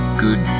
good